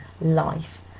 life